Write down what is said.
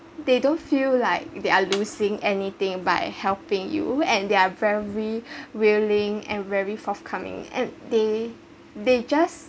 they don't feel like they are losing anything by helping you and they are very willing and very forthcoming and they they just